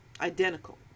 Identical